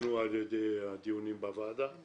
ותוקנו במהלך הדיונים בוועדה?